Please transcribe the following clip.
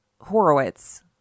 Horowitz